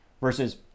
Versus